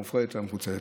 המפורדת והמפוצלת.